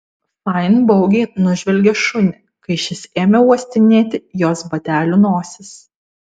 fain baugiai nužvelgė šunį kai šis ėmė uostinėti jos batelių nosis